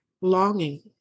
longing